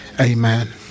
amen